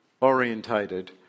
orientated